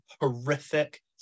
horrific